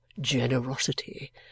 generosity